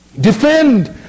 Defend